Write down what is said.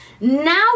Now